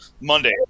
Monday